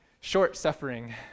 short-suffering